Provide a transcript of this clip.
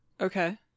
Okay